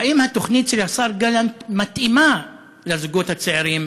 והאם התוכנית של השר גלנט מתאימה לזוגות הצעירים